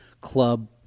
club